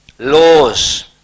laws